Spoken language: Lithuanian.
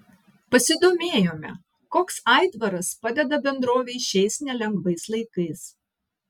pasidomėjome koks aitvaras padeda bendrovei šiais nelengvais laikais